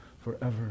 forever